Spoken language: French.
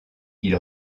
ils